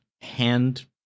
hand